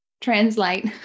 translate